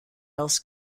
else